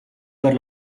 per